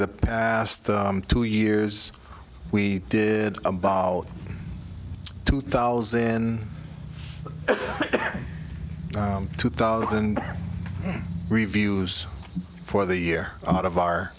the past two years we did about two thousand two thousand reviews for the year out of our